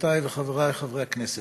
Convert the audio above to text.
חברותי וחברי חברי הכנסת,